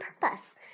purpose